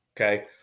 okay